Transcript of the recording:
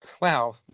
Wow